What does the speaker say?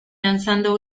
lanzando